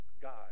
God